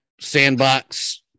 sandbox